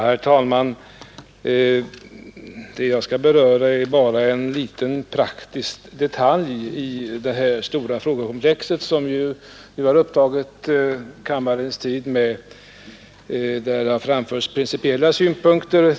Herr talman! Vad jag skall beröra är bara en liten praktisk detalj i det stora frågekomplex som nu upptagit kammarens tid och där det har framförts en del principiella synpunkter.